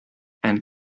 and